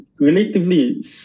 Relatively